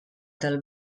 del